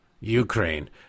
Ukraine